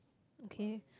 okay